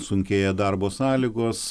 sunkėja darbo sąlygos